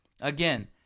Again